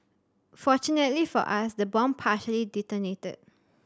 fortunately for us the bomb partially detonated